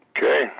Okay